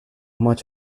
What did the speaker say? much